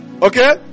Okay